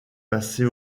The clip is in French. passée